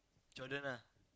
children lah